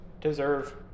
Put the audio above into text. deserve